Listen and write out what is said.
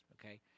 okay